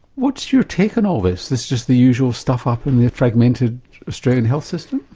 what's your take on all this? this just the usual stuff up in the fragmented australian health system?